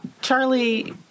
Charlie